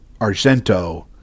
Argento